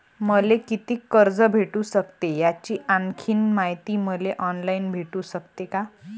मले कितीक कर्ज भेटू सकते, याची आणखीन मायती मले ऑनलाईन भेटू सकते का?